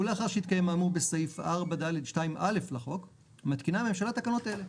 ולאחר שהתקיים האמור בסעיף 4(ד)(2)(א) לחוק מתקינה הממשלה תקנות אלה: